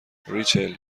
ریچل